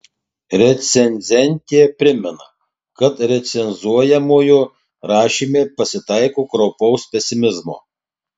recenzentė primena kad recenzuojamojo rašyme pasitaiko kraupaus pesimizmo